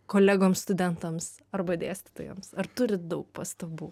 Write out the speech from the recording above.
kolegoms studentams arba dėstytojams ar turit daug pastabų